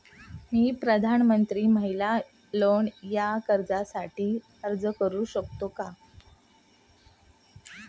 मी प्रधानमंत्री महिला लोन या कर्जासाठी अर्ज करू शकतो का?